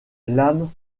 lames